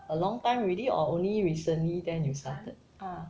a long time already or only recently then you started ah